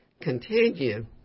continue